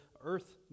earth